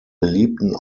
beliebten